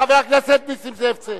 חבר הכנסת נסים זאב, צא.